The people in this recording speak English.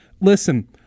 Listen